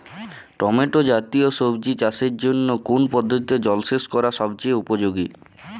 Tomato জাতীয় সবজি চাষের জন্য কোন পদ্ধতিতে জলসেচ করা সবচেয়ে উপযোগী?